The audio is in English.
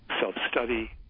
self-study